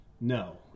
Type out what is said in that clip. No